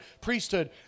priesthood